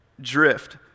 drift